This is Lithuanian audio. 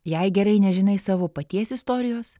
jei gerai nežinai savo paties istorijos